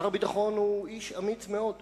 שר הביטחון הוא איש אמיץ מאוד,